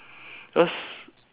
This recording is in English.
because